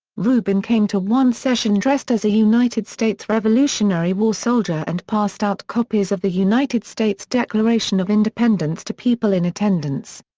rubin came to one session dressed as a united states revolutionary war soldier and passed out copies of the united states declaration of independence to people in attendance.